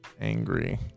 Angry